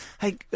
hey